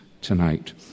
tonight